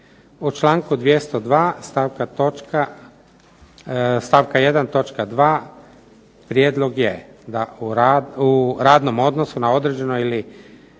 U članku 202. stavka 1. točka 2. prijedlog je da u radnom odnosu na određeno ili